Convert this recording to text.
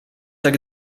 tak